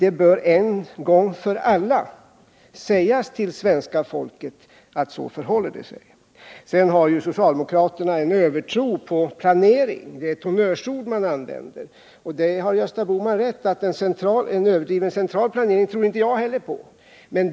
Det bör en gång för alla sägas till svenska folket att det förhåller sig så. Sedan har ju socialdemokraterna en övertro på planering. Det är ett honnörsord som man använder. Gösta Bohman har rätt härvidlag, inte heller jag tror på en överdriven central planering.